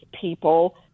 people